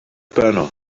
banner